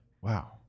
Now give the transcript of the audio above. wow